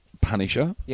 punisher